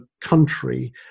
country